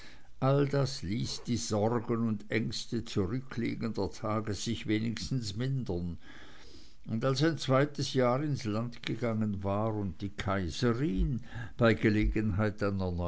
all das ließ die sorgen und ängste zurückliegender tage sich wenigstens mindern und als ein zweites jahr ins land gegangen war und die kaiserin bei gelegenheit